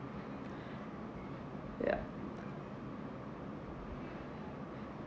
ya